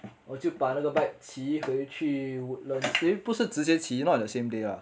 我就把那个 bike 骑回去 woodlands 其实不是直接骑 not on the same day lah